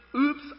oops